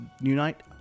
Unite